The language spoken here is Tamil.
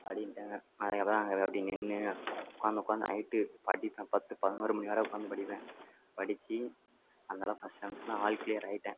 அப்படின்ட்டாங்க அதுக்கப்புறம் அங்கே அப்படி நின்று உட்காந்து உட்காந்து நைட்டு படிப்பேன் பத்து பதினொரு மணி வரை உட்காந்து படிப்பேன் படித்து அதனால் ஃபஸ்ட் செமஸ்ட்ரெல்லாம் ஆல் க்ளீயர் ஆகிட்டேன்